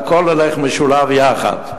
הכול הולך משולב יחד.